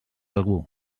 algú